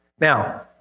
Now